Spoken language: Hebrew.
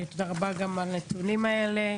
תודה רבה גם על הנתונים האלה.